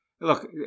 Look